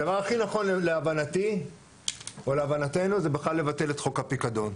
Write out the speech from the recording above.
הדבר הכי נכון להבנתי או להבנתו זה בכלל לבטל את חוק הפיקדון.